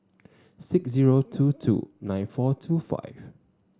six zero two two nine four two five